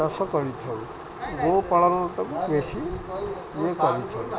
ଚାଷ କରିଥାଉ ଗୋ ପାାଳନଟାକୁ ବେଶୀ ଇଏ କରିଥାଉ